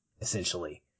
essentially